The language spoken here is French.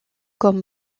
comme